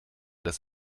das